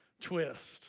twist